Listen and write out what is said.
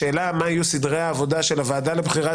השאלה מה יהיו סדרי העבודה של הוועדה לבחירת